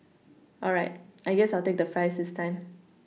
all right I guess I'll take the Fries this time